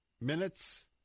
minutes